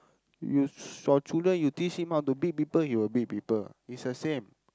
you s~ your children you teach him how to beat people he will beat people it's the same